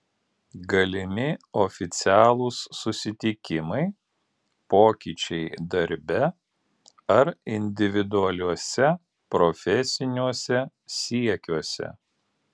galimi oficialūs susitikimai pokyčiai darbe ar individualiuose profesiniuose siekiuose